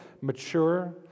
mature